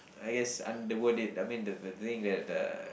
I guess I'm the I mean the the thing that uh